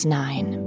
nine